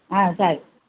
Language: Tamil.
ஆ சரி